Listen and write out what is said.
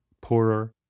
poorer